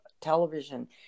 television